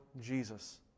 Jesus